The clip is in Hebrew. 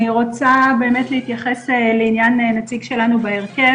אני רוצה להתייחס לעניין נציג שלנו בהרכב